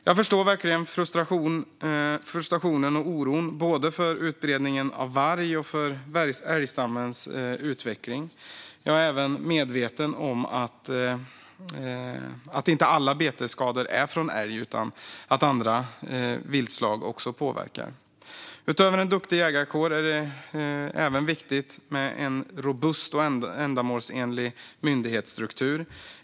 Jag förstår verkligen frustrationen och oron när det gäller både utbredningen av varg och älgstammens utveckling. Jag är medveten om att inte alla betesskador kommer från älg utan att andra viltslag också påverkar. Utöver en duktig jägarkår är det även viktigt med en robust och ändamålsenlig myndighetsstruktur.